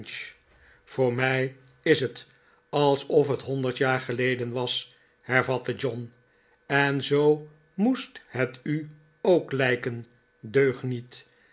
voor mij is het alsof het honderd jaar geleden was hervatte john en zoo moest het u ook lijken deugniet